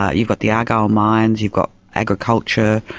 ah you've got the argyle mines, you've got agriculture,